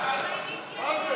מה זה?